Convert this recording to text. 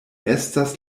estas